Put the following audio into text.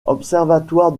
observatoire